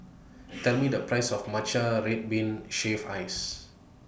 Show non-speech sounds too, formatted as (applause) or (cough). (noise) Tell Me The Price of Matcha Red Bean Shaved Ice